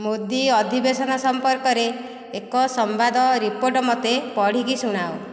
ମୋଦୀ ଅଧିବେଶନ ସମ୍ପର୍କରେ ଏକ ସମ୍ବାଦ ରିପୋର୍ଟ ମୋତେ ପଢ଼ିକି ଶୁଣାଅ